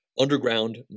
underground